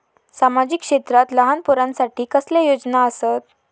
सामाजिक क्षेत्रांत लहान पोरानसाठी कसले योजना आसत?